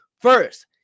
First